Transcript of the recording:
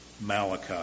Malachi